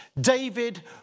David